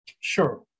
Sure